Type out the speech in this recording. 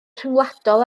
rhyngwladol